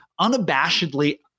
unabashedly